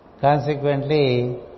Consequently